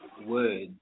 words